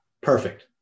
perfect